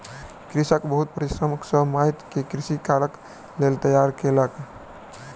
कृषक बहुत परिश्रम सॅ माइट के कृषि कार्यक लेल तैयार केलक